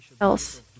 else